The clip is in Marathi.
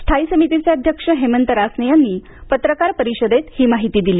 स्थायी समितीचे अध्यक्ष हेमंत रासने यांनी पत्रकार परिषदेत ही माहिती दिली